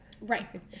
right